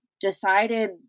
decided